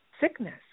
sickness